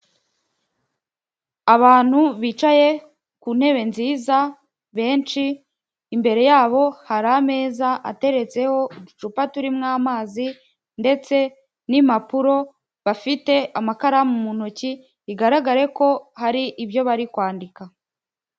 Abantu bicaye ku ntebe nziza benshi imbere yabo hari ameza ateretseho uducupa turimo amazi, ndetse n'impapuro bafite amakaramu mu ntoki bigaragare ko hari ibyo bari kwandika.